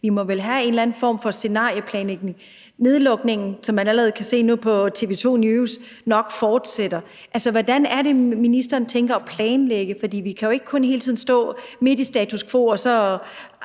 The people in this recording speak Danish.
Vi må vel have en eller anden form for scenarieplanlægning i forhold til nedlukningen, som man allerede på TV 2 News kan se nok fortsætter. Altså, hvordan er det, ministeren har tænkt sig at planlægge det? For vi kan jo ikke hele tiden stå midt i status quo og så